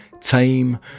tame